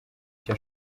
icyo